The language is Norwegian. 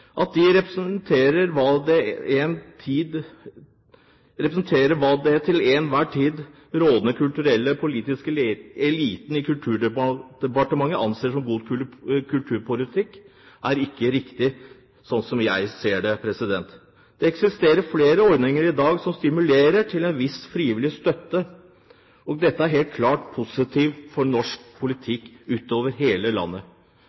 de styres fra departementet. At de representerer hva den til enhver tid rådende kulturelle/politiske eliten i Kulturdepartementet anser som god kulturpolitikk, er ikke riktig, slik jeg ser det. Det eksisterer flere ordninger i dag som stimulerer til en viss frivillig støtte, og dette er helt klart positivt for norsk politikk utover hele landet.